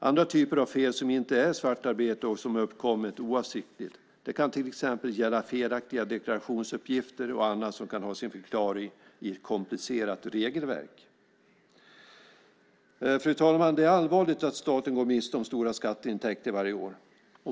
Andra typer av fel som inte är svartarbete och som uppkommit oavsiktligt kan till exempel gälla felaktiga deklarationsuppgifter och annat som kan ha sin förklaring i ett komplicerat regelverk. Fru talman! Det är allvarligt att staten går miste om stora skatteintäkter varje år.